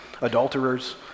adulterers